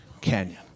Canyon